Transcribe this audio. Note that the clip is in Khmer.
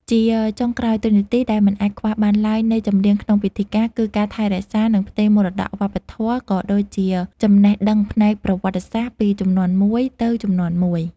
ជាចុងក្រោយ តួនាទីដែលមិនអាចខ្វះបានឡើយនៃចម្រៀងក្នុងពិធីការ គឺការថែរក្សា និងផ្ទេរមរតកវប្បធម៌ ក៏ដូចជាចំណេះដឹងផ្នែកប្រវត្តិសាស្ត្រពីជំនាន់មួយទៅជំនាន់មួយ។